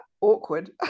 Awkward